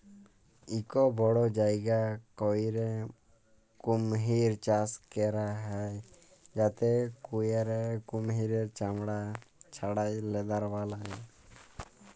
ইক বড় জায়গা ক্যইরে কুমহির চাষ ক্যরা হ্যয় যাতে ক্যইরে কুমহিরের চামড়া ছাড়াঁয় লেদার বালায়